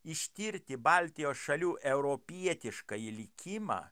ištirti baltijos šalių europietiškąjį likimą